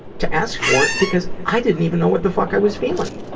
to ask for it, because i didn't even know what the fuck i was feeling.